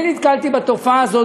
אני נתקלתי בתופעה הזאת,